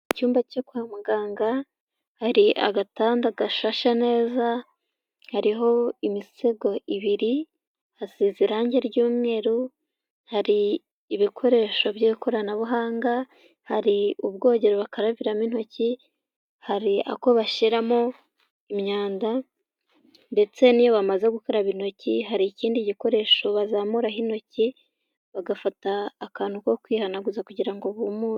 Icyumba cyo kwa muganga hari agatanda gashashe neza, hariho imisego ibiri hasize irangi ry'umweru, hari ibikoresho by'ikoranabuhanga, hari ubwogero bakarabiramo intoki, hari ako bashyiramo imyanda ndetse n'iyo bamaze gukaraba intoki hari ikindi gikoresho bazamuraho intoki bagafata akantu ko kwihanaguza kugira ngo bumuke.